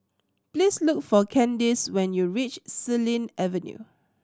please look for Kaydence when you reach Xilin Avenue